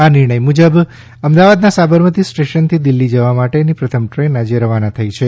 આ નિર્ણય મુજબ અમદાવાદના સાબરમતી સ્ટેશનથી દિલ્ફી જવા માટેની પ્રથમ ટ્રેન આજે રવાના થઈ છે